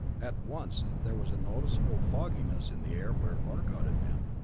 at once there was a noticeable fogginess in the air where arcot had been.